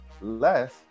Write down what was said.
less